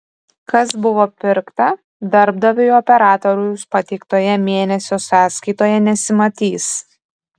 kas buvo pirkta darbdaviui operatoriaus pateiktoje mėnesio sąskaitoje nesimatys